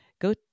go